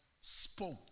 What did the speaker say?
spoke